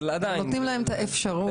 אבל עדיין נותנים להם את האפשרות.